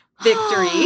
victory